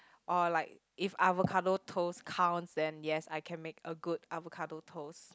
or like if avocado toast counts then yes I can make a good avocado toast